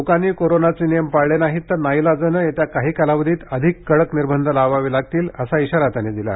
लोकांनी कोविड नियम पाळले नाही तर नाईलाजाने येत्या काही कालावधीत अधिक कडक निर्बंध लावावे लागतील असा इशारा त्यांनी दिला